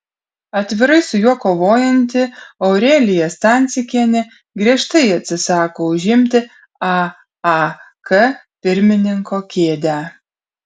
atvirai su juo kovojanti aurelija stancikienė griežtai atsisako užimti aak pirmininko kėdę